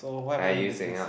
so what happen to the business